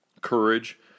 Courage